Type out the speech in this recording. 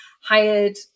hired